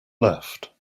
left